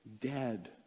dead